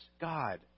God